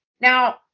Now